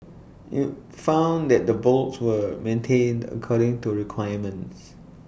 IT found that the bolts were maintained according to requirements